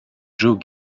joe